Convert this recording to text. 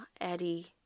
Eddie